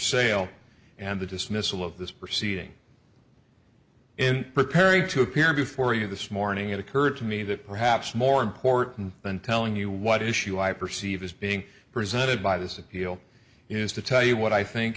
sale and the dismissal of this proceeding in preparing to appear before you this morning it occurred to me that perhaps more important than telling you what issue i perceive as being presented by this appeal is to tell you what i think